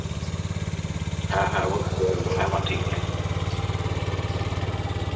ᱦᱮᱸ ᱦᱮᱸ ᱚᱵᱚᱥᱥᱳᱭ ᱦᱮᱸ ᱢᱟ ᱴᱷᱤᱠ ᱜᱮᱭᱟ